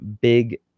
big